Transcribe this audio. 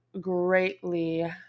greatly